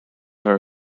her